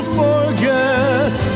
forget